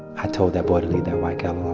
i told that boy to leave that white gal